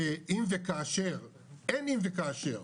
שאם וכאשר אין אם וכאשר,